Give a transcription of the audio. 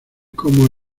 como